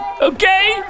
Okay